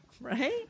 Right